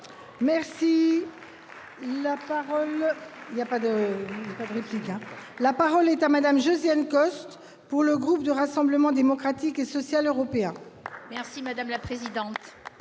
sensibles. La parole est à Mme Josiane Costes, pour le groupe du Rassemblement Démocratique et Social Européen.